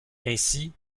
ainsi